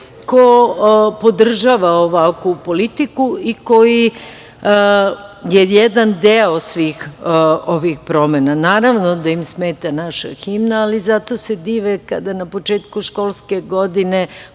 ko podržava ovakvu politiku i koji je jedan deo svih ovih promena. Naravno da im smeta naša himna, ali zato se dive kada na početku školske godine